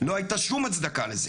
לא הייתה שום הצדקה לזה.